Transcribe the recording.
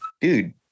dude